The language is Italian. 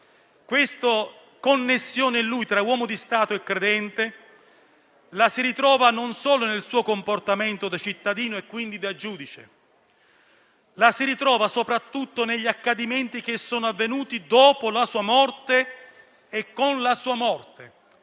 Questa connessione in lui tra uomo di Stato e credente la si ritrova non solo nel suo comportamento da cittadino, e quindi da giudice, ma soprattutto negli accadimenti avvenuti dopo la sua morte e con la sua morte.